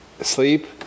sleep